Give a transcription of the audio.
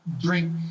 drink